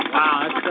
Wow